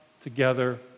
together